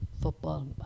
football